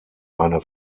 eine